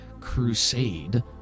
crusade